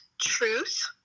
truth